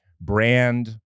brand